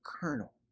kernel